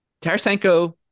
Tarasenko